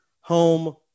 home